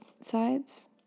sides